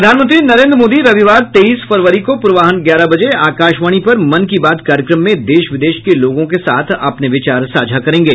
प्रधानमंत्री नरेन्द्र मोदी रविवार तेईस फरवरी को पूर्वाह्न ग्यारह बजे आकाशवाणी पर मन की बात कार्यक्रम में देश विदेश के लोगों के साथ अपने विचार साझा करेंगे